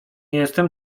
jestem